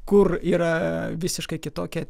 kur yra visiškai kitokia